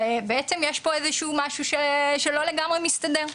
ובעצם יש פה איזה משהו שלא לגמרי מסתדר .